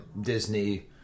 Disney